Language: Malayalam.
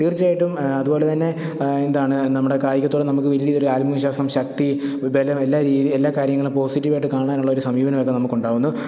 തീര്ച്ചയായിട്ടും അതുപോലെതന്നെ എന്താണ് നമ്മുടെ കായികത്തോട് നമുക്ക് വലിയതൊരു ആത്മവിശ്വാസം ശക്തി ബലം എല്ലാ രീതി എല്ലാ കാര്യങ്ങളും പോസിറ്റീവായിട്ടു കാണാനുള്ള ഒരു സമീപനമൊക്കെ നമുക്കുണ്ടാകുന്നു